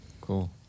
Cool